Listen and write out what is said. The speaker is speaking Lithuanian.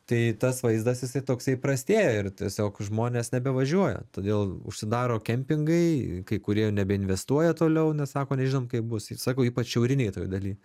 tai tas vaizdas jisai toksai prastėja ir tiesiog žmonės nebevažiuoja todėl užsidaro kempingai kai kurie nebeinvestuoja toliau nes sako nežinom kaip bus ir sakau ypač šiaurinėj toj daly